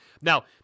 Now